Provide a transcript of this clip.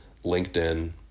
LinkedIn